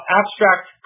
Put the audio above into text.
abstract